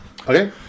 Okay